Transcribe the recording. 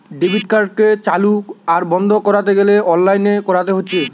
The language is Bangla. ডেবিট কার্ডকে চালু আর বন্ধ কোরতে গ্যালে অনলাইনে কোরতে হচ্ছে